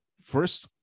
First